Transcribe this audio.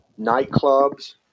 nightclubs